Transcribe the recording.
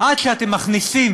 עד שאתם מכניסים